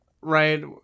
right